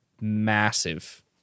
massive